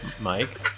Mike